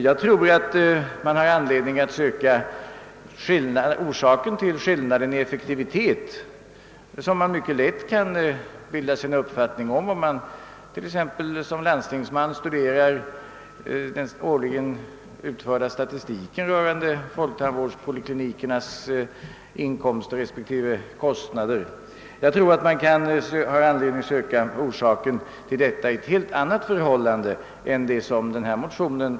Jag anser emellertid att orsakerna till den skillnad i effektivitet mellan allmän och enskild vårdform, som man lätt kan bilda sig en uppfattning om exempelvis när man som landstingsman studerar den årligen upprättade statistiken över folktandvårdspoliklinikernas inkomster respektive kostnader, skall sökas i en helt annan omständighet än den som behandlas i den aktuella motionen.